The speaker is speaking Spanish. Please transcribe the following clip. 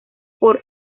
por